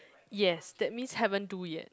yes that means haven't do yet